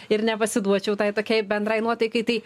ir nepasiduočiau tai tokiai bendrai nuotaikai tai